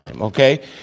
okay